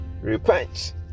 repent